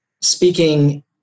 speaking